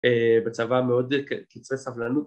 בצבא מאוד קצרי סבלנות